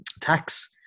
tax